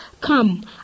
Come